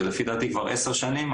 זה לפי דעתי זה משהו כמו עשר שנים,